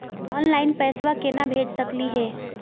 Online पैसवा केना भेज सकली हे?